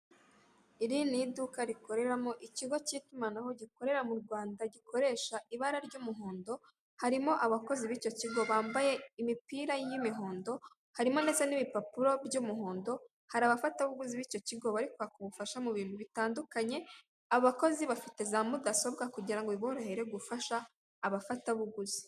Iri ni iduka rikoreramo ikigo cy'itumanaho gikorera mu Rwanda gikoresha ibara ry'umuhondo, harimo abakozi b'icyo kigo bambaye imipira y'imihondo, harimo ndetse n'ibipapuro by'umuhondo, hari abafatabuguzi b'icyo kigo bari kwaka ubufasha mu bintu bitandukanye, abakozi bafite za mudasobwa kugira ngo biborohere gufasha abafatabuguzi.